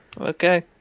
Okay